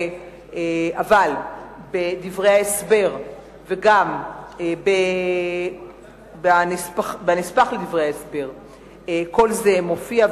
אבל בדברי ההסבר וגם בנספח לדברי ההסבר כל זה מופיע,